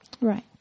right